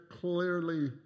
clearly